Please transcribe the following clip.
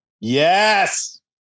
Yes